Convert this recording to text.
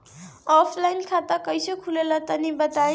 Offline खाता कइसे खुलेला तनि बताईं?